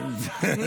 לפנינה תמנו שטה.